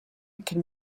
can